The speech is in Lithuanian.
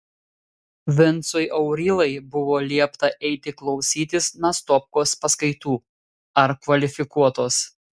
vincui aurylai buvo liepta eiti klausytis nastopkos paskaitų ar kvalifikuotos